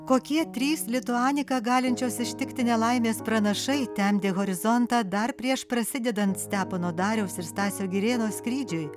kokie trys lituanika galinčios ištikti nelaimės pranašai temdė horizontą dar prieš prasidedant stepono dariaus ir stasio girėno skrydžiui